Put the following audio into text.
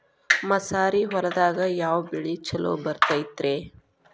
ಮಸಾರಿ ಹೊಲದಾಗ ಯಾವ ಬೆಳಿ ಛಲೋ ಬರತೈತ್ರೇ?